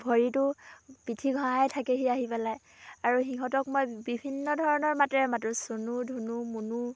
ভৰিটো পিঠি ঘঁহাই থাকেহি আহি পেলাই আৰু সিহঁতক মই বিভিন্ন ধৰণৰ মাতেৰে মাতোঁ চুনু ধুনু মুনু